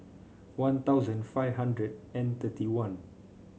One Thousand five hundred and thirty one